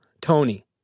Tony